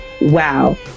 wow